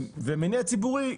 ומניע ציבורי,